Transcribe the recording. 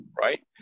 right